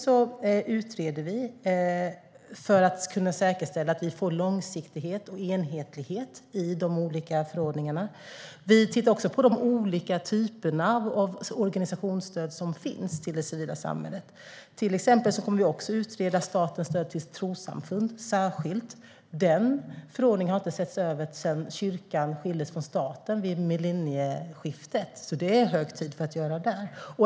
Vi utreder för att kunna säkerställa att vi får långsiktighet och enhetlighet i de olika förordningarna. Vi tittar också på de olika typer av organisationsstöd som finns för det civila samhället. Till exempel kommer vi särskilt att utreda statens stöd till trossamfund. Den förordningen har inte setts över sedan kyrkan skildes från staten, vid millennieskiftet. Det är hög tid att göra det.